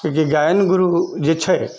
किआकी गायन गुरु जे छै